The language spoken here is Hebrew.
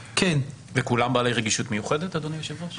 וכולם בעלי רגישות מיוחדת, אדוני היושב-ראש?